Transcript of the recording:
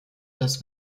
dass